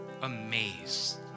amazed